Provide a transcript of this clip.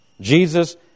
Jesus